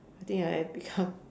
I think I have become